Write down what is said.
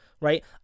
right